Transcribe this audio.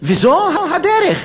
וזו הדרך.